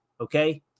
okay